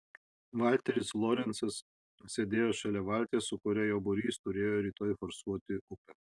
valteris lorencas sėdėjo šalia valties su kuria jo būrys turėjo rytoj forsuoti upę